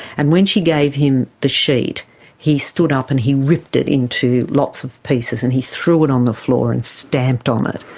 and when she gave him the sheet he stood up and he ripped it into lots of pieces and he threw it on the floor and stamped on it,